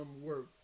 work